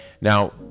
Now